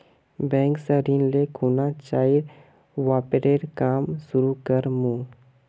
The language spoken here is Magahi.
बैंक स ऋण ले खुना चाइर व्यापारेर काम शुरू कर मु